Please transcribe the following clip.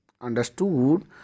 understood